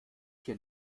hier